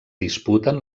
disputen